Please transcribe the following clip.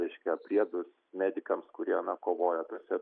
reiškia priedus medikam kurie kovoja tose